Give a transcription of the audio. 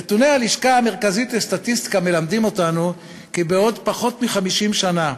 נתוני הלשכה המרכזית לסטטיסטיקה מלמדים אותנו כי בעוד פחות מ-50 שנה,